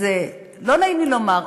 לא נעים לי לומר,